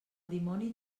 dimoni